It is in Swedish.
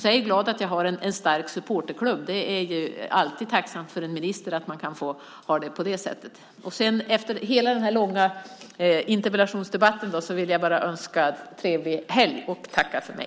Jag är glad att jag har en stark supporterklubb. Det är alltid tacksamt för en minister. Efter denna långa interpellationsdebatt vill jag önska trevlig helg och tacka för mig.